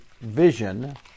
vision